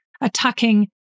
attacking